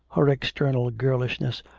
her external girlishness,